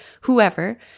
whoever